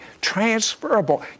transferable